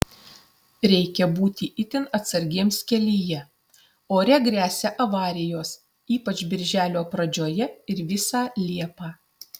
reikia būti itin atsargiems kelyje ore gresia avarijos ypač birželio pradžioje ir visą liepą